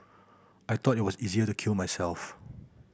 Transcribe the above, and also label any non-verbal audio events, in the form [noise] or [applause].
I thought it was easier to kill myself [noise]